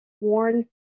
worn